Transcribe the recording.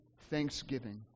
thanksgiving